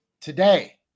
today